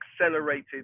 accelerated